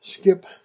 skip